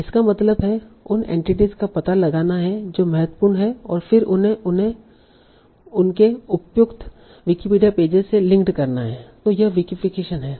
इसका मतलब है उन एंटिटीस का पता लगाना है जो महत्वपूर्ण हैं और फिर उन्हें उनके उपयुक्त विकिपीडिया पेजेज से लिंक्ड करना है तों यह विकिफीकेशन है